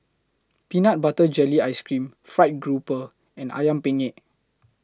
Peanut Butter Jelly Ice Cream Fried Grouper and Ayam Penyet